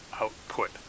output